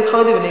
נגד חרדים.